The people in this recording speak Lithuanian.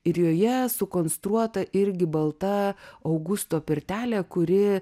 ir joje sukonstruota irgi balta augusto pirtelė kuri